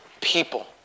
people